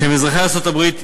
שהם אזרחי ארצות-הברית,